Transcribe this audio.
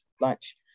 lunch